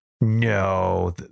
no